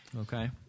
Okay